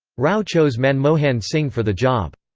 rao chose manmohan singh for the job.